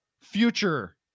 future